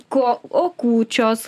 ko o kūčios